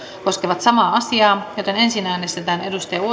koskevat samaa määrärahaa ensin äänestetään